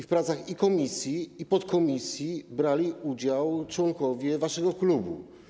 W pracach i komisji, i podkomisji brali udział członkowie waszego klubu.